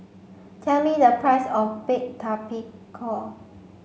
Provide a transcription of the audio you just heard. tell me the price of baked tapioca